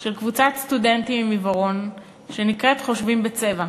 של קבוצת סטודנטים עם עיוורון שנקראת "חושבים בצבע".